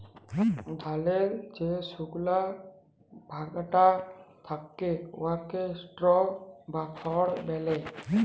ধালের যে সুকলা ভাগটা থ্যাকে উয়াকে স্ট্র বা খড় ব্যলে